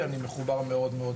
אני לא חושבת למשל במבחן של הרפואה,